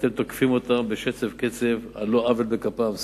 אתם תוקפים אותם בשצף קצף על לא עוול בכפם.